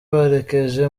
berekeje